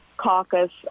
caucus